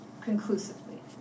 conclusively